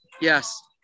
Yes